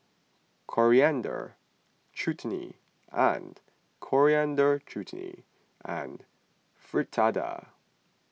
Coriander Chutney and Coriander Chutney and Fritada